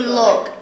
look